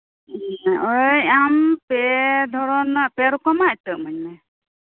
ᱳᱭ ᱟᱢ ᱯᱮ ᱫᱷᱚᱨᱚᱱ ᱨᱮᱱᱟᱜ ᱯᱮ ᱨᱚᱠᱚᱢᱟᱜ ᱤᱛᱟᱹ ᱤᱢᱟᱹᱧ ᱢᱮ